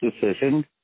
decision